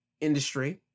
industry